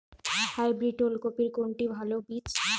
Hybrid ওল কপির কোনটি ভালো বীজ?